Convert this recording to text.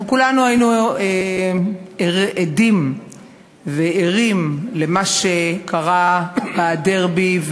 אנחנו כולנו היינו עדים וערים למה שקרה בדרבי,